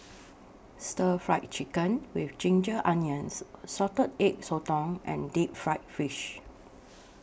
Stir Fried Chicken with Ginger Onions Salted Egg Sotong and Deep Fried Fish